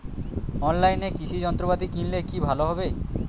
অনলাইনে কৃষি যন্ত্রপাতি কিনলে কি ভালো হবে?